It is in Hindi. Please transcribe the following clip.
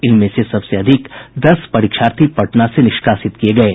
इनमें सबसे अधिक दस परीक्षार्थी पटना से निष्कासित किये गये